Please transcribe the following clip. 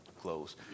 close